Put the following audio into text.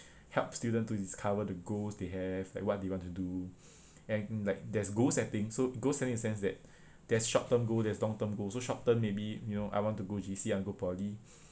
help students to discover the goals they have like what do you want to do and like there's goals setting so goals setting in a sense that there's short term goal there's long term goal so short term maybe you know I want to go J_C I want to go poly